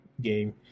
game